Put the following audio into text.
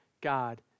God